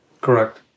Correct